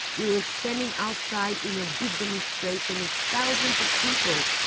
we were standing outside in a big demonstration of thousands of people.